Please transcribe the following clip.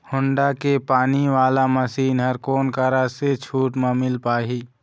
Honda के पानी वाला मशीन हर कोन करा से छूट म मिल पाही?